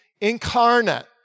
incarnate